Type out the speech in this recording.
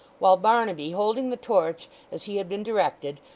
while barnaby, holding the torch as he had been directed,